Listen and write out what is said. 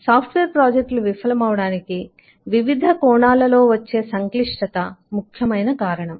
software ప్రాజెక్టులు విఫలమవడానికి వివిధ కోణాలలో వచ్చే సంక్లిష్టత ముఖ్యమైన కారణం